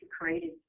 created